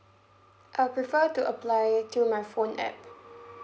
I prefer to apply through my phone app